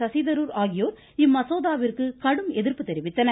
சசிதரூர் ஆகியோர் இம்மசோதாவிற்கு கடும் எதிர்ப்பு தெரிவித்தனர்